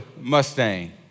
Mustang